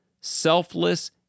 selfless